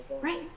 Right